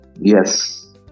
Yes